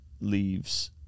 leaves